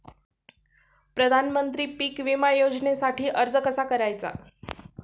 प्रधानमंत्री पीक विमा योजनेसाठी अर्ज कसा करायचा?